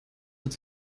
wird